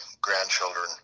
grandchildren